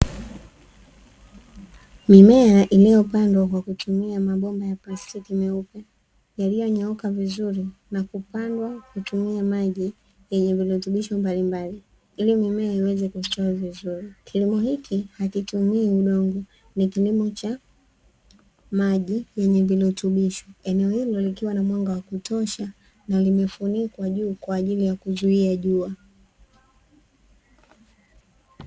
Mimea inayopandwa kwa kutumia mabomba ya plastiki meupe, yaliyonyooka vizuri na kupandwa kwa kutumia maji yenye virutubisho mbalimbali, ili mimea iweze kustawi vizuri. Kilimo hiki hakitumii udongo. Ni kilimo cha maji yenye virutubisho, eneo hilo likiwa na mwanga wa kutosha na limefunikwa juu kwa ajili ya kuzuia jua.